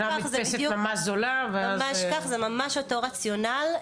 זה ממש אותו רציונל,